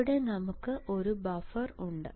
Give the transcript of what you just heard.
ഇവിടെ നമുക്ക് ഒരു ബഫർ ഉണ്ട്